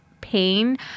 pain